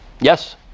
Yes